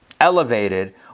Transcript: elevated